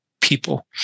people